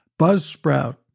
Buzzsprout